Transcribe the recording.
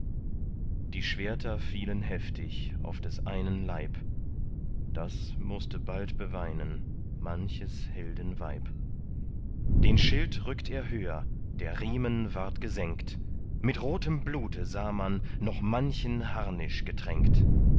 die schwerter fielen heftig auf des einen leib das mußte bald beweinen manches helden weib den schild rückt er höher der riemen ward gesenkt mit rotem blute sah man noch manchen harnisch getränkt